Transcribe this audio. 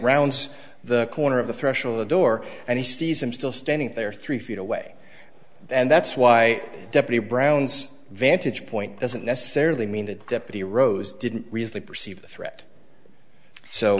rounds the corner of the threshold the door and he sees him still standing there three feet away and that's why deputy brown's vantage point doesn't necessarily mean that deputy rose didn't raise the perceived threat so